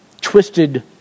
twisted